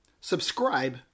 subscribe